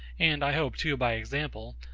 and i hope too by example,